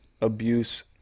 abuse